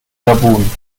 gabun